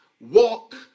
walk